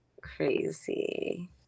crazy